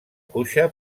cuixa